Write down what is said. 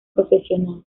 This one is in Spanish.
profesional